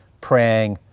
praying,